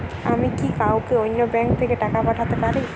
আমি কি কাউকে অন্য ব্যাংক থেকে টাকা পাঠাতে পারি?